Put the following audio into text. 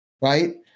Right